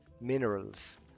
minerals